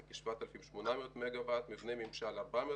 זה כ-7,800 מגה וואט; מבני ממשל 400